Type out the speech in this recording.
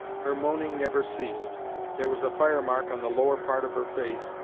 her moaning never ceased there was a fire-mark on the lower part of her face,